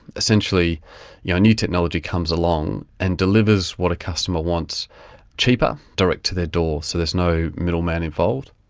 essentially yeah a new technology comes along and delivers what a customer wants cheaper, direct to their door, so there's no middle-man involved.